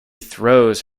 throws